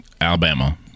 Alabama